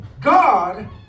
God